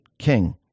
king